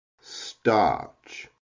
starch